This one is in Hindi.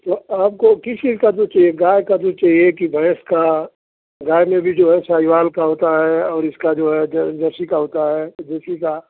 क्या आपको किस चीज़ का दूध चाहिए गाय का दूध चाहिए कि भैंस का गाय में भी जो है साहीवाल का होता है और इसका जो है ज जर्सी का होता है जर्सी का